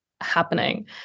happening